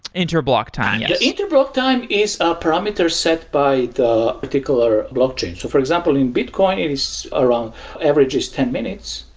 inter block time, yes. the inter block time is a parameter set by the particular blockchain. for example, in bitcoin, it is around averages ten minutes,